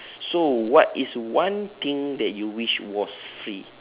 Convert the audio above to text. so what is one thing that you wish was free